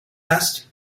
asked